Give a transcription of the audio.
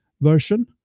version